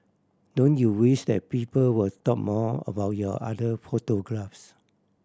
don't you wish that people would talk more about your other photographs